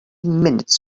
minutes